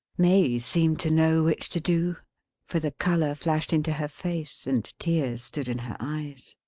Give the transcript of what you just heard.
may seemed to know which to do for the color flashed into her face, and tears stood in her eyes.